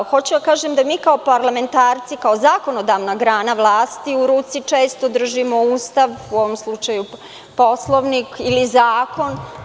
Hoću da kažem da mi kao parlamentarci, kao zakonodavna grana vlasti u ruci često držimo Ustav, u ovom slučaju Poslovnik ili zakon.